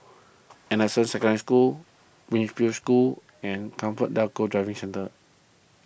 anderson Second School Wiltshire School and ComfortDelGro Driving Centre